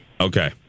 Okay